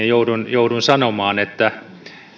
joudun joudun sanomaan että